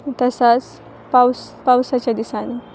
तसांच पावस पावसाच्या दिसांनी